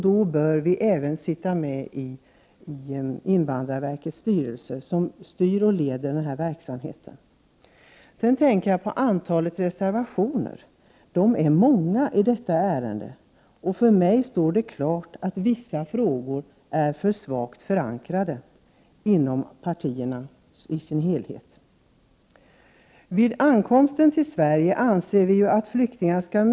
Därför bör även vi sitta med i invandrarverkets styrelse, som styr och leder den här verksamheten. Vidare konstaterar jag att det finns ett stort antal reservationer i detta ärende. För mig står det klart att vissa frågor är för svagt förankrade inom partierna. Vi anser alltså att flyktingar redan vid ankomsten till Sverige skall mötas av civil personal.